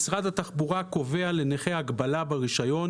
משרד התחבורה קובע לנכה הגבלה ברישיון,